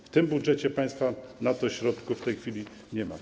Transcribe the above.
W tym budżecie państwa na to środków w tej chwili nie ma.